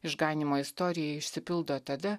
išganymo istorija išsipildo tada